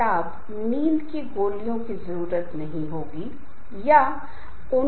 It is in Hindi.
अब समूह के व्यवहार को प्रभावित करने वाले कारकों की चर्चा करते हैं